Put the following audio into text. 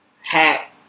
hat